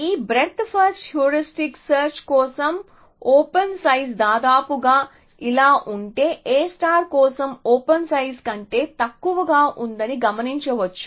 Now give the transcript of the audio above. ఈ breadth first heuristic search కోసం open size దాదాపుగా ఇలా ఉండే A కోసం ఓపెన్ సైజు కంటే తక్కువగా ఉందని గమనించవచ్చు